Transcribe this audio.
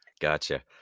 Gotcha